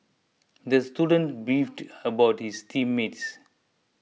the student beefed about his team mates